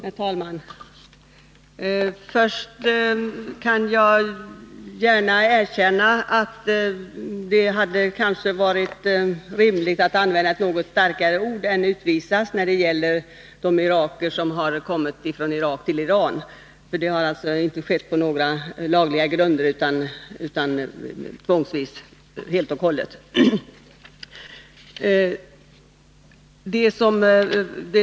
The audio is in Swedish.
Herr talman! Först kan jag gärna erkänna att det kanske hade varit rimligt att använda ett något starkare ord än ”utvisas” när det gäller de iraker som kommit från Irak till Iran. Det har alltså inte skett på lagliga grunder utan helt och hållet tvångsvis.